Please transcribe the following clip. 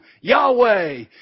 Yahweh